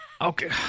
Okay